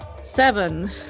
seven